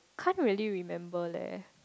can't really remember leh